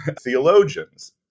theologians